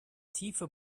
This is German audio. tiefe